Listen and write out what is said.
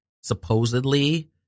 supposedly